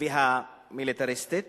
והמיליטריסטית